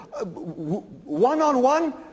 one-on-one